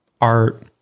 art